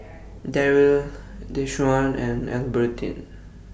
Darryll Deshaun and Albertine